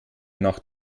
nach